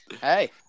Hey